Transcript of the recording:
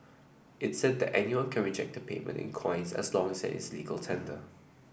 it said that anyone can reject a payment in coins as long as is legal tender